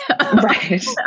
Right